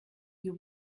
you